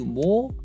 more